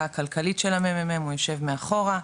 הכלכלית של ה-מ.מ.מ הוא יושב מאחורה,